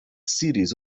series